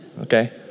Okay